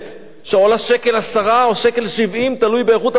שעולה 1.10 שקל או 1.70 שקל, תלוי באיכות המחברת.